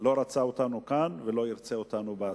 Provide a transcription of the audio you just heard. לא רצה אותנו כאן ולא ירצה אותנו בעתיד,